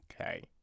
Okay